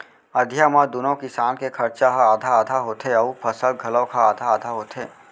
अधिया म दूनो किसान के खरचा ह आधा आधा होथे अउ फसल घलौक ह आधा आधा होथे